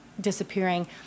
disappearing